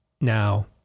Now